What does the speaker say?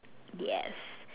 yes